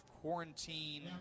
quarantine